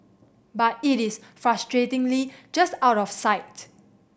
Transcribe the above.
but it is frustratingly just out of sight